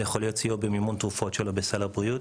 זה יכול להיות סיוע במימון התרופות שלא בסל הבריאות,